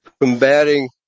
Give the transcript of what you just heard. combating